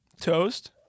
Toast